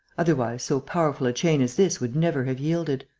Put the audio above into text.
otherwise, so powerful a chain as this would never have yielded.